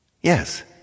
Yes